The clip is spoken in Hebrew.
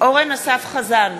אורן אסף חזן,